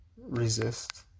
resist